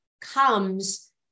comes